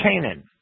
Canaan